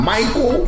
Michael